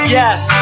yes